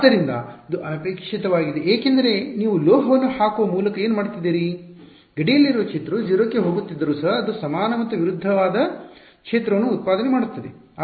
ಆದ್ದರಿಂದ ಇದು ಅನಪೇಕ್ಷಿತವಾಗಿದೆ ಏಕೆಂದರೆ ನೀವು ಲೋಹವನ್ನು ಹಾಕುವ ಮೂಲಕ ಏನು ಮಾಡುತ್ತಿದ್ದೀರಿ ಗಡಿಯಲ್ಲಿರುವ ಕ್ಷೇತ್ರವು 0 ಗೆ ಹೋಗುತ್ತಿದ್ದರೂ ಸಹ ಅದು ಸಮಾನ ಮತ್ತು ವಿರುದ್ಧವಾದ ಕ್ಷೇತ್ರವನ್ನು ಉತ್ಪಾದನೆ ಮಾಡುತ್ತಿದೆ